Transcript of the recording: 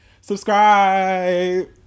Subscribe